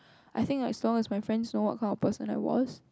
I think as long as my friends know what kind of person I was